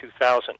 2000